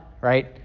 right